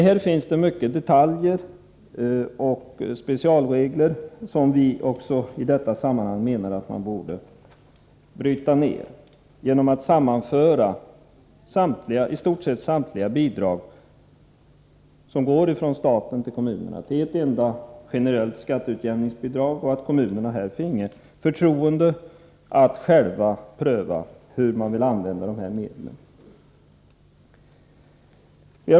Här finns det mycket detaljoch specialregler, som vi menar att man i detta sammanhang borde bryta ned genom att sammanföra i stort sett samtliga bidrag som går från staten till kommunerna till ett enda generellt skatteutjämningsbidrag, så att kommunerna finge förtroende att själva pröva hur de vill använda medlen.